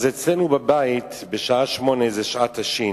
אז אצלנו בבית 20:00 היא שעת השין: